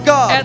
God